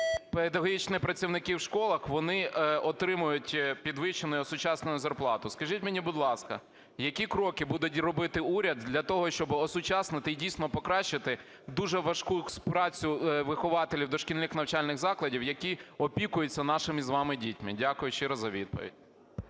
педагогічні працівники в школах вони отримують підвищену і осучаснену зарплату. Скажіть мені, будь ласка, які кроки буде робити уряд для того, щоб осучаснити і дійсно покращити дуже важку працю вихователів дошкільних навчальних закладів, які опікуються нашими з вами дітьми? Дякую щиро за відповідь.